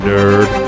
Nerd